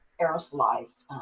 aerosolized